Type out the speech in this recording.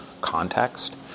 context